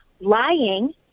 lying